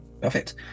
Perfect